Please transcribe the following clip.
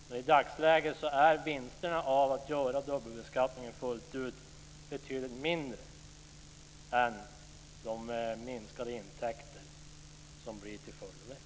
Men i dagsläget är vinsterna av att slopa dubbelbeskattningen fullt ut betydligt mindre än de minskade intäkter som blir till följd av det.